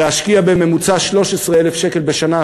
ולהשקיע בממוצע 13,000 שקל בשנה,